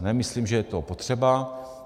Nemyslím, že je to potřeba.